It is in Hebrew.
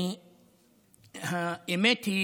האמת היא